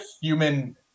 human